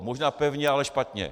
Možná pevně, ale špatně.